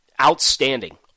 outstanding